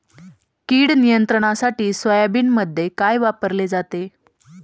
कीड नियंत्रणासाठी सोयाबीनमध्ये काय वापरले जाते?